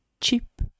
cheap